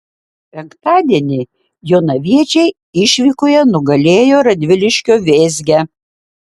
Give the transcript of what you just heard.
penktadienį jonaviečiai išvykoje nugalėjo radviliškio vėzgę